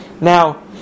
Now